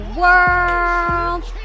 world